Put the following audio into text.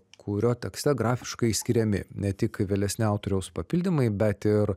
kurio tekste grafiškai išskiriami ne tik vėlesni autoriaus papildymai bet ir